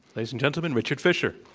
ladies and gentlemen, richard fisher.